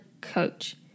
coach